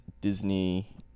Disney